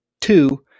Two